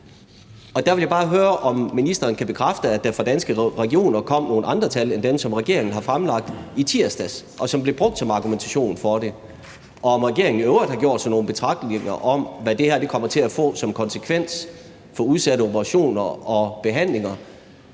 og der vil jeg bare høre, om ministeren kan bekræfte, at der fra Danske Regioner kom nogle andre tal end dem, som regeringen har fremlagt i tirsdags, og som bliver brugt som argumentation for det, og om regeringen i øvrigt har gjort sig nogle betragtninger om, hvad det her kommer til at få som konsekvens for udsatte operationer og behandlinger,